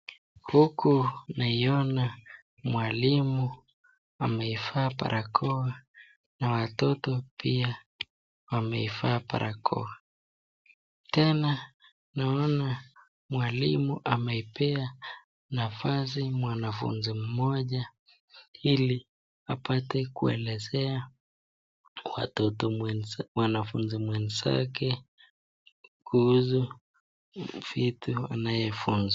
Huku naiona mwalimu ameivaa barakoa na watoto pia wameivaa barakoa. Tena naona mwalimu ameipea nafasi mwanafunzi mmoja ili apate kuelezea kwa mwanafunzi mwenzake kuhusu vitu anayefunza.